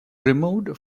removed